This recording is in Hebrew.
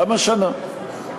למה שנה?